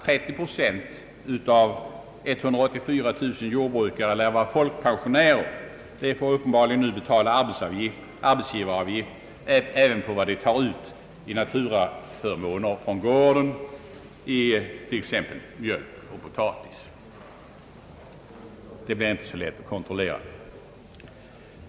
30 procent av 184 000 jordbrukare lär vara folkpensionärer. De får uppenbarligen nu betala arbetsgivaravgift även på vad de tar ut i naturaförmåner från gården, t.ex. mjölk och potatis; det blir inte så lätt att kontrollera.